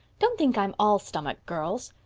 don't think i'm all stomach, girls.